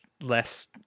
less